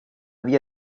via